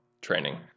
training